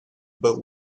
but